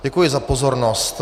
Děkuji za pozornost.